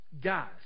guys